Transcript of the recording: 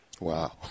Wow